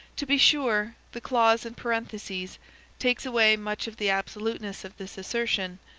to be sure the clause in parentheses takes away much of the absoluteness of this assertion,